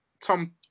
Tom